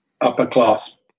upper-class